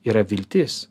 yra viltis